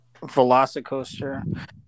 Velocicoaster